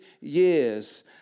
years